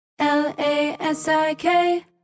L-A-S-I-K